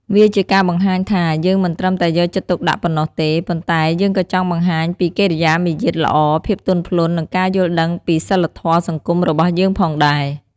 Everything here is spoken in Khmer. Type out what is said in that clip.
វាជាការបង្ហាញថា យើងមិនត្រឹមតែយកចិត្តទុកដាក់ប៉ុណ្ណោះទេ ប៉ុន្តែយើងក៏ចង់បង្ហាញពីកិរិយាមារយាទល្អ ភាពទន់ភ្លន់ និងការយល់ដឹងពីសីលធម៌សង្គមរបស់យើងផងដែរ។